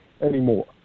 anymore